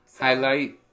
Highlight